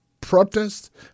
protest